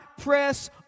press